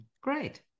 Great